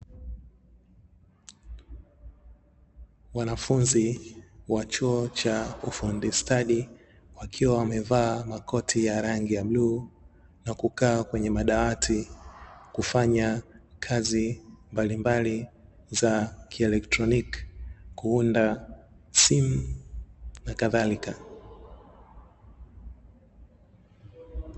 Wanafunzi wa chuo cha ufundi stadi wakiwa wamevaa makoti ya rangi ya bluu, na kukaa kwenye madawati kufanya kazi mbalimbali za electronic kuunda simu na kadhalika.